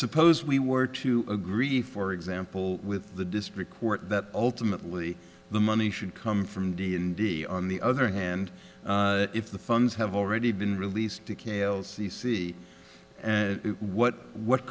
suppose we were to agree for example with the district court that ultimately the money should come from d n d on the other hand if the funds have already been released to calle c c what what